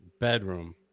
bedroom